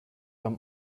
beim